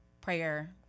prayer